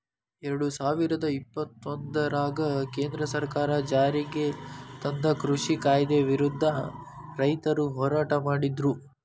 ಎರಡುಸಾವಿರದ ಇಪ್ಪತ್ತೊಂದರಾಗ ಕೇಂದ್ರ ಸರ್ಕಾರ ಜಾರಿಗೆತಂದ ಕೃಷಿ ಕಾಯ್ದೆ ವಿರುದ್ಧ ರೈತರು ಹೋರಾಟ ಮಾಡಿದ್ರು